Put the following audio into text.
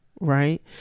right